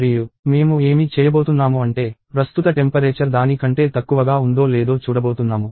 మరియు మేము ఏమి చేయబోతున్నాము అంటే ప్రస్తుత టెంపరేచర్ దాని కంటే తక్కువగా ఉందో లేదో చూడబోతున్నాము